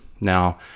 Now